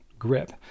grip